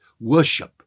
worship